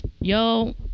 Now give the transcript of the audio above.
yo